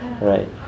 right